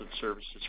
services